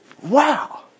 Wow